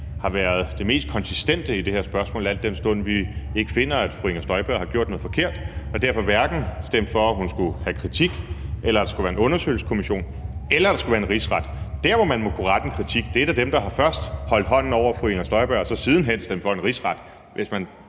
har været de mest konsistente i det her spørgsmål, al den stund vi ikke finder, at fru Inger Støjberg har gjort noget forkert, og derfor hverken stemte for, at hun skulle have kritik, eller at der skulle være en undersøgelseskommission, eller at der skulle være en rigsret. Der, hvor man må kunne rette en kritik, er da mod dem, der først har holdt hånden over fru Inger Støjberg og så sidenhen stemt for en rigsret – hvis jeg